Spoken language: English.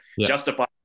justify